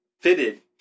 fitted